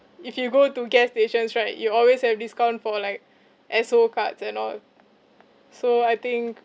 if you go to gas stations right you always have discount for like esso cards and all so I think